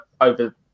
over